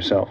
yourself